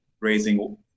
raising